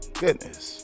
goodness